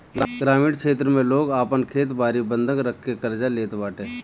ग्रामीण क्षेत्र में लोग आपन खेत बारी बंधक रखके कर्जा लेत बाटे